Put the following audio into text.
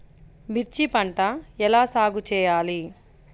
మిర్చి పంట ఎలా సాగు చేయాలి?